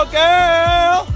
girl